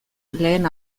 lehen